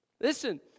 Listen